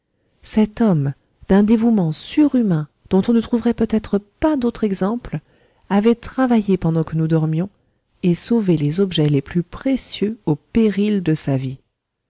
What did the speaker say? cet homme d'un dévouement surhumain dont on ne trouverait peut-être pas d'autre exemple avait travaillé pendant que nous dormions et sauvé les objets les plus précieux au péril de sa vie